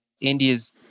India's